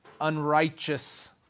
unrighteous